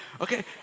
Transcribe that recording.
Okay